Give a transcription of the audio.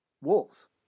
wolves